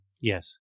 yes